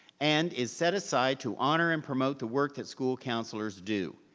and is set aside to honor and promote the work that school counselors do.